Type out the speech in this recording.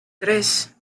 tres